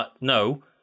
No